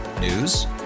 News